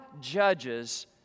judges